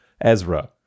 Ezra